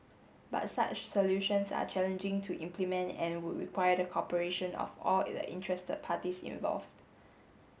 but such solutions are challenging to implement and would require the cooperation of all the interested parties involved